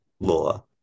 law